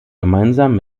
gemeinsam